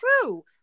true